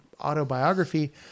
autobiography